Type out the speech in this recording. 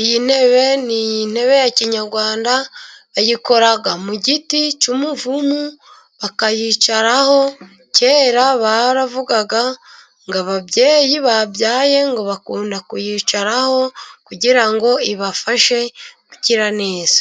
Iyi ntebe ni intebe ya kinyarwanda, bayikora mu giti cy'umuvumu bakayicaraho. Kera baravugaga ngo ababyeyi babyaye ngo bakunda kuyicaraho, kugira ngo ibafashe gukira neza.